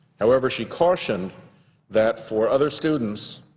however, she cautioned that for other students,